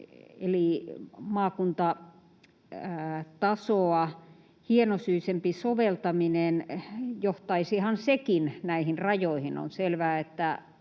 maakuntatasoa hienosyisempi soveltaminen, johtaisi sekin näihin rajoihin. On selvää, että